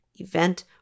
event